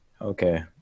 okay